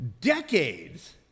decades